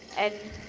as